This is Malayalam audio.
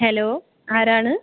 ഹലോ ആരാണ്